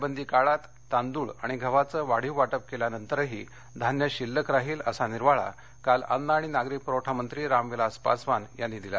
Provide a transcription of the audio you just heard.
टाळेबंदी काळात तांदूळ आणि गव्हाचं वाढीव वाटप केल्यानंतरही धान्य शिल्लक राहील असा निर्वाळा काल अन्न आणि नागरी पुरवठा मंत्री राम विलास पासवान यांनी दिला